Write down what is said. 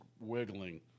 wiggling